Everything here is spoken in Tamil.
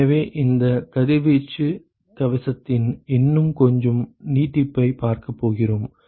எனவே இந்த 'கதிர்வீச்சுக் கவசத்தின்' இன்னும் கொஞ்சம் நீட்டிப்பைப் பார்க்கப் போகிறோம்